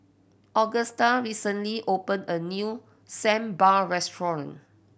Augusta recently opened a new Sambar restaurant